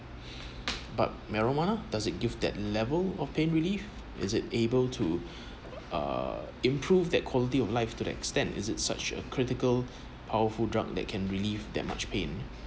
but marijuana doesn't give that level of pain relief is it able to uh improve that quality of life to that extend is it such a critical powerful drug that can relieve that much pain